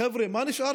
חבר'ה, מה נשאר